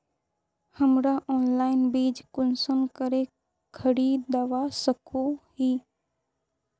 हमरा ऑनलाइन बीज कुंसम करे खरीदवा सको ही?